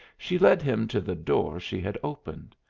she led him to the door she had opened.